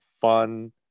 fun